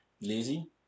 Lazy